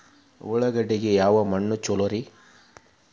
ಉಳ್ಳಾಗಡ್ಡಿಗೆ ಯಾವ ಮಣ್ಣು ಛಲೋ?